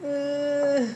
uh